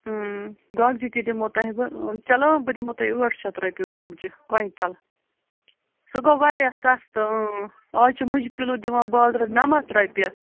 گۄگجہِ تہِ دِمہو تۄہہِ بہٕ چلو بہٕ دِمہو تۄہہِ ٲٹھ شتھ رۄپیہِ گۄگجہِ کۅیِنٛٹَل سُہ گوٚو واریاہ سَستہٕ اَز چھِ مُجہِ کِلوٗ دِوان بازرَٕس نَمَتھ رۄپیہِ